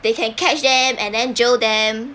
they can catch them and then jail them